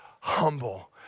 humble